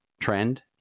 trend